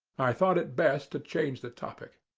i thought it best to change the topic.